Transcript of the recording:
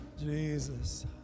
Jesus